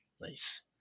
Nice